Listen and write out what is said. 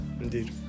Indeed